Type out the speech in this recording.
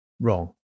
wrong